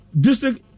district